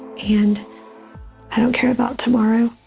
and i don't care about tomorrow.